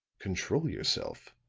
control yourself.